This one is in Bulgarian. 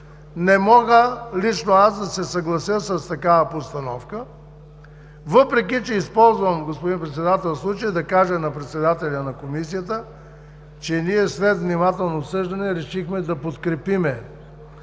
не мога да се съглася с такава постановка, въпреки че използвам случая, господин Председател, да кажа на председателя на Комисията, че ние след внимателно обсъждане, решихме да подкрепим